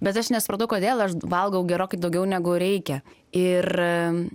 bet aš nesupratau kodėl aš valgau gerokai daugiau negu reikia ir